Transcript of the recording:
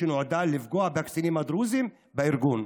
שנועדה לפגוע בקצינים הדרוזים בארגון,